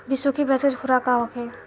बिसुखी भैंस के खुराक का होखे?